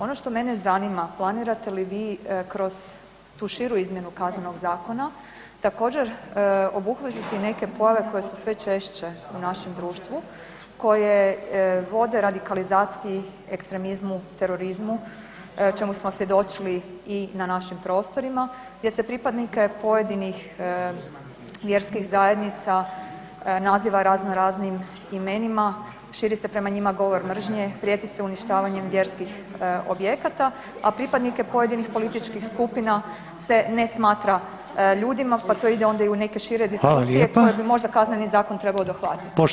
Ono što mene zanima planirate li vi kroz tu širu izmjenu Kaznenog zakona također obuhvatiti neke pojave koje su sve češće u našem društvu, koje vode radikalizaciji, ekstremizmu, terorizmu čemu smo svjedočili i na našim prostorima gdje se pripadnike pojedinih vjerskih zajednica naziva razno raznim imenima, širi se prema njima govor mržnje, prijeti se uništavanjem vjerskih objekata, a pripadnike pojedinih političkih skupina se ne smatra ljudima pa to ide onda i u neke šire diskusije [[Upadica: Hvala lijepa.]] koje bi možda Kazneni zakon trebao dohvatiti.